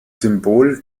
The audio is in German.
symbol